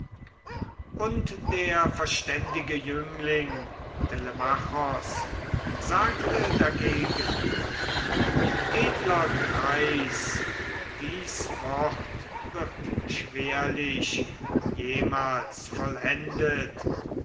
und der verständige jüngling telemachos sagte dagegen edler greis dies wort wird schwerlich jemals vollendet